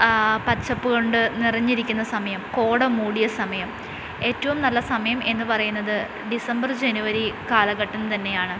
പച്ചപ്പുകൊണ്ട് നിറഞ്ഞിരിക്കുന്ന സമയം കോടമൂടിയ സമയം ഏറ്റവും നല്ല സമയം എന്നുപറയുന്നത് ഡിസംബർ ജനുവരി കാലഘട്ടം തന്നെയാണ്